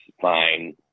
fine